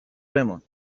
بمون